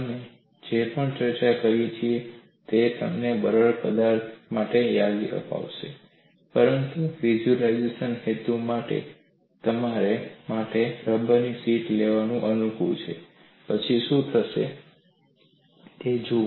અમે જે પણ ચર્ચા કરીએ છીએ તે તમને બરડ પદાર્થ માટે યાદ અપાવે છે પરંતુ વિઝ્યુલાઇઝેશન હેતુ માટે તમારા માટે રબર શીટ લેવાનું અનુકૂળ છે અને પછી શું થશે તે જુઓ